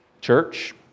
Church